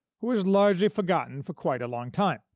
who was largely forgotten for quite a long time